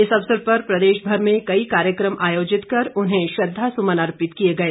इस अवसर पर प्रदेशभर में कई कार्यक्रम आयोजित कर उन्हें श्रद्वासुमन अर्पित किए गए